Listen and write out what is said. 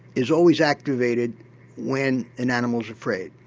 is always activated when an animal's afraid.